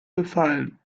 befallen